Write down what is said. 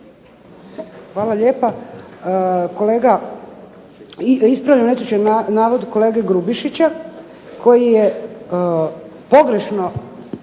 Hvala lijepa. Kolega, ispravljam netočni navod kolege Grubišića, koji je pogrešno